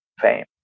fame